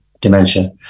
dementia